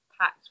packed